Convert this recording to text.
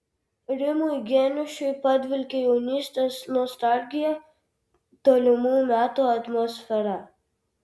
rimui geniušui padvelkia jaunystės nostalgija tolimų metų atmosfera